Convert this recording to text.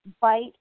bite